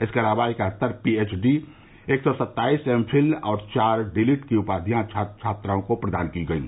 इसके अलावा इकहत्तर पीएचडी एक सौ सत्ताइस एम फिल और चार डीलिट की उपाधियां छात्र छात्राओं को प्रदान की गयी